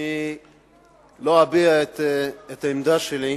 אני לא אביע את העמדה שלי,